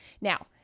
Now